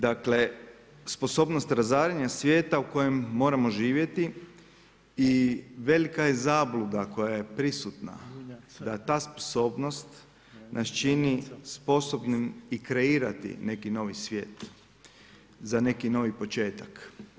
Dakle, sposobnost razaranja svijeta u kojem moramo živjeti i velika je zabluda koja je prisutna da ta sposobnost nas čini sposobnim i kreirati neki novi svijet za neki novi početak.